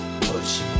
push